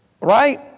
Right